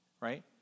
right